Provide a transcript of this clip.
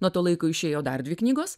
nuo to laiko išėjo dar dvi knygos